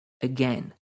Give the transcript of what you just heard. again